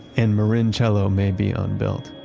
and marin chela may be unbuilt,